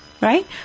Right